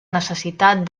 necessitat